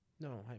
No